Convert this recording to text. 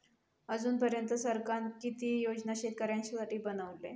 अजून पर्यंत सरकारान किती योजना शेतकऱ्यांसाठी बनवले?